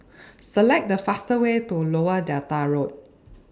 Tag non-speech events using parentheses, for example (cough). (noise) Select The faster Way to Lower Delta Road